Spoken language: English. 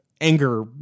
anger